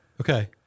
Okay